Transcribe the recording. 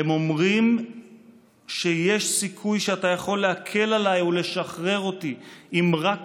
הם אומרים שיש סיכוי שאתה יכול להקל עליי ולשחרר אותי אם רק